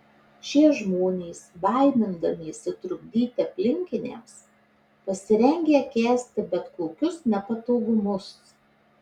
šie žmonės baimindamiesi trukdyti aplinkiniams pasirengę kęsti bet kokius nepatogumus